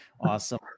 Awesome